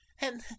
And